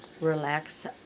relax